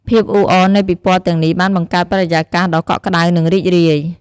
ភាពអ៊ូអរនៃពិព័រណ៍ទាំងនេះបានបង្កើតបរិយាកាសដ៏កក់ក្ដៅ និងរីករាយ។